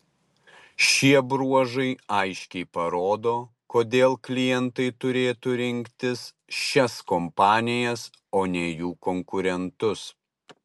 šie bruožai aiškiai parodo kodėl klientai turėtų rinktis šias kompanijas o ne jų konkurentus